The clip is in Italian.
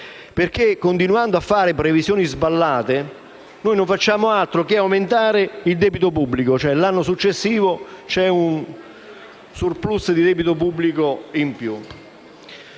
perché continuando a fare previsioni sballate non facciamo altro che aumentare il debito pubblico, perché l'anno successivo vi è sempre un*surplus* di debito pubblico.